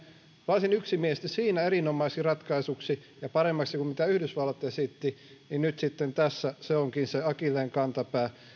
varsin yksimielisesti siinä erinomaiseksi ratkaisuksi ja paremmaksi kuin mitä yhdysvallat esitti nyt sitten tässä onkin se akilleenkantapää